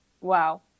wow